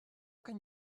can